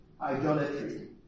idolatry